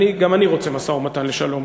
גם אני רוצה משא-ומתן לשלום.